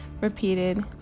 repeated